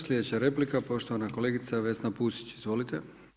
Sljedeća replika poštovana kolegica Vesna Pusić, izvolite.